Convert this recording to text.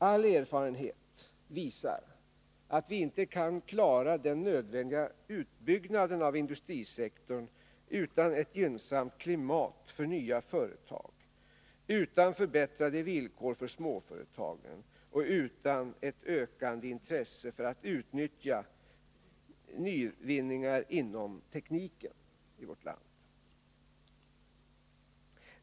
All erfarenhet visar att vi inte kan klara den nödvändiga utbyggnaden av industrisektorn utan ett gynnsamt klimat för nya företag, utan förbättrade villkor för småföretagen och utan ett ökande intresse för att utnyttja nyvinningar inom tekniken i Sverige.